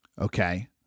okay